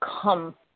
come